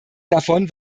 davon